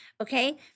okay